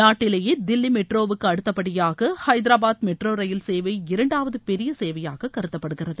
நாட்டிலேயே தில்வி மெட்ரோவுக்கு அடுத்த படியாக ஹைதராபாத் மெட்ரோ ரயில் சேவை இரண்டாவது பெரிய சேவையாக கருதப்படுகிறது